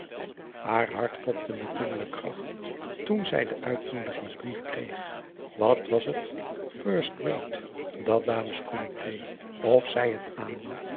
haar hart klopte met dubbele kracht toen zij den uitnoodigingsbrief kreeg wat was het first rate dat dames comité of zij het aannam